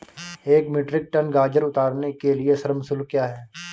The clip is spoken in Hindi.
एक मीट्रिक टन गाजर उतारने के लिए श्रम शुल्क क्या है?